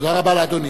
תודה רבה לאדוני.